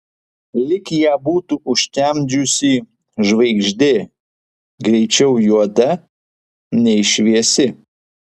lyg ją būtų užtemdžiusi žvaigždė greičiau juoda nei šviesi